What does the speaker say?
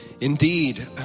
Indeed